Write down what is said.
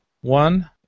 one